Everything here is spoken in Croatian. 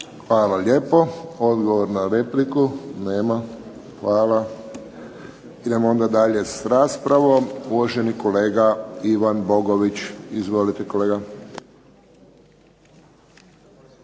Hvala lijepo. Odgovor na repliku? Nema. Hvala. Idemo onda dalje sa raspravom, uvaženi kolega Ivan Bogović. Izvolite kolega.